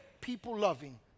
people-loving